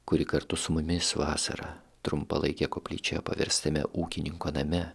kuri kartu su mumis vasarą trumpalaike koplyčia paverstame ūkininko name